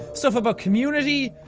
stuff about community.